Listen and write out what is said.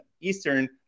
Eastern